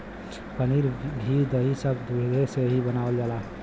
पनीर घी दही सब दुधे से ही बनावल जाला